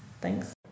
Thanks